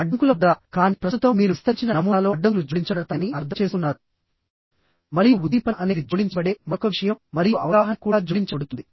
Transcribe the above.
అడ్డంకుల వద్ద కానీ ప్రస్తుతం మీరు విస్తరించిన నమూనాలో అడ్డంకులు జోడించబడతాయని అర్థం చేసుకున్నారు మరియు ఉద్దీపన అనేది జోడించబడే మరొక విషయం మరియు అవగాహన కూడా జోడించబడుతుంది